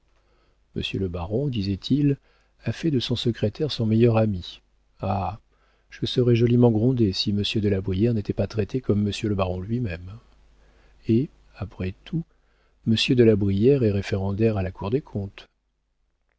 monsieur le baron disait-il a fait de son secrétaire son meilleur ami ah je serais joliment grondé si monsieur de la brière n'était pas traité comme monsieur le baron lui-même et après tout monsieur de la brière est référendaire à la cour des comptes